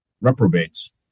reprobates